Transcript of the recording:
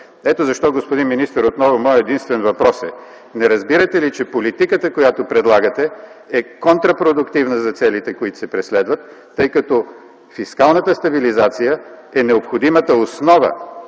Ето защо, господин министър, моят единствен въпрос е: не разбирате ли, че политиката, която предлагате, е контрапродуктивна за целите, които се преследват, тъй като фискалната стабилизация е необходимата основа,